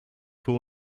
für